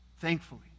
thankfully